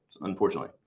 unfortunately